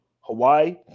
Hawaii